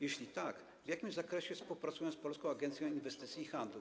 Jeśli tak, w jakim zakresie współpracują z Polską Agencją Inwestycji i Handlu?